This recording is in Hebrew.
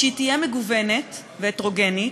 ושהיא תהיה מגוונת והטרוגנית.